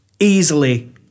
easily